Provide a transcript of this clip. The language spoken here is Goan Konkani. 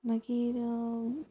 मागीर